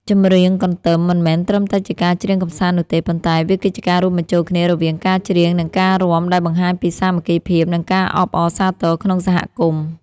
ចម្រៀងកន្ទឹមមិនមែនត្រឹមតែជាការច្រៀងកម្សាន្តនោះទេ ប៉ុន្តែវាគឺជាការរួមបញ្ចូលគ្នារវាងការច្រៀង និងការរាំដែលបង្ហាញពីសាមគ្គីភាព និងការអបអរសាទរក្នុងសហគមន៍។